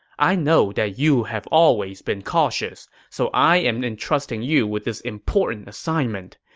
i know that you have always been cautious, so i am entrusting you with this important assignment.